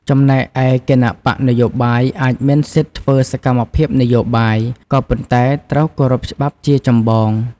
ចំណែកឯគណបក្សនយោបាយអាចមានសិទ្ធិធ្វើសកម្មភាពនយោបាយ ក៏ប៉ុន្តែត្រូវគោរពច្បាប់ជាចម្បង។